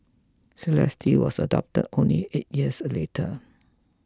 Celeste was adopted only eight years later